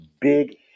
big